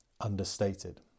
understated